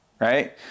right